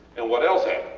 and what else and